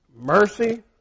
Mercy